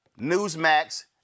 Newsmax